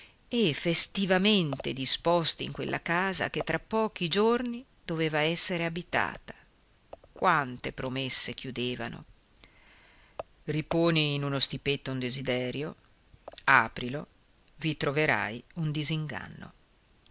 e festivamente disposti in quella casa che tra pochi giorni doveva essere abitata quanto promesse chiudevano riponi in uno stipetto un desiderio aprilo vi troverai un disinganno